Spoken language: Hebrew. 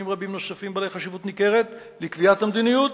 רבים נוספים בעלי חשיבות ניכרת לקביעת המדיניות.